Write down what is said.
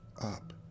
up